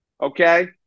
okay